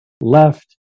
left